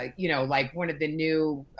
ah you know like one of the new